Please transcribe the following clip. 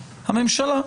הממשלה.